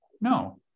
No